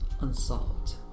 unsolved